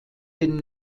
den